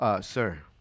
Sir